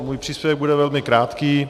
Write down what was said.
Můj příspěvek bude velmi krátký.